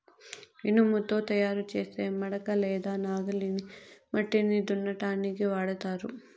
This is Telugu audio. ఇనుముతో తయారు చేసే మడక లేదా నాగలిని మట్టిని దున్నటానికి వాడతారు